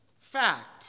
Fact